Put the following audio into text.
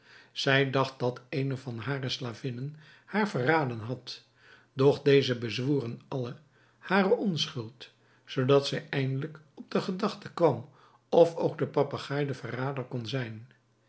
zij dacht dat eene van hare slavinnen haar verraden had doch deze bezwoeren allen hare onschuld zoodat zij eindelijk op de gedachte kwam of ook de papegaai de verrader kon zijn